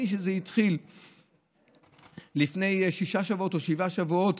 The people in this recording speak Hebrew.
מאז שזה התחיל לפני שישה שבועות או שבעה שבועות,